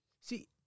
See